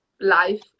life